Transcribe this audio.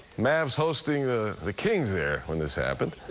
mass hosting the the kings there when this happened